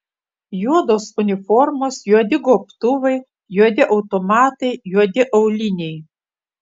juodos uniformos juodi gobtuvai juodi automatai juodi auliniai